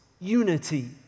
unity